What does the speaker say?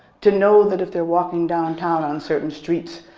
to know that if they're walking downtown on certain streets,